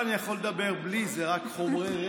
אבל בגלל שחבר הכנסת גפני,